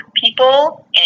people